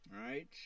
right